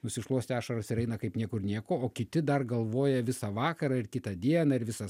nusišluostė ašaras ir eina kaip niekur nieko o kiti dar galvoja visą vakarą ir kitą dieną ir visą